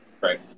Right